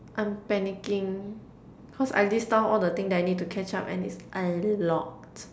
I'm panicking cause I list down all the thing that I need to catch up and it's a lot